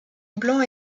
blanc